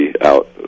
out